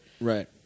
right